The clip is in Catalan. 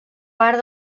part